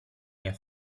mia